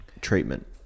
treatment